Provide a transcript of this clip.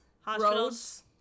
Hospitals